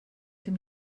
dem